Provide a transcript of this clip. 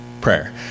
prayer